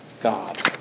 God